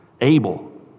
Abel